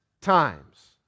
times